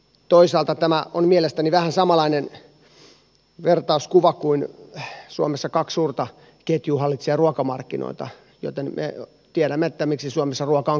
toisaalta tämä on mielestäni vähän samanlainen tilanne kuin vertauskuvana se että suomessa kaksi suurta ketjua hallitsee ruokamarkkinoita joten me tiedämme miksi suomessa ruoka on kallista